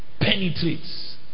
Penetrates